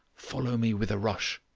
follow me with a rush.